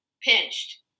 pinched